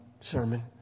sermon